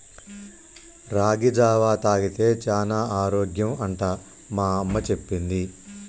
రాగి జావా తాగితే చానా ఆరోగ్యం అంట మా అమ్మ చెప్పింది